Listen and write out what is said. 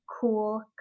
cool